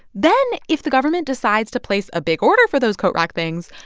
then, if the government decides to place a big order for those coat-rack things,